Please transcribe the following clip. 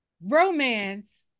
Romance